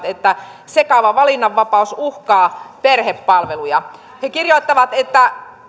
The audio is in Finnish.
että sekava valinnanvapaus uhkaa perhepalveluja he kirjoittavat että